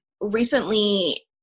recently